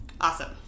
Awesome